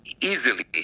easily